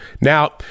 Now